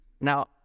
Now